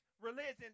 religion